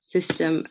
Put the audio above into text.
system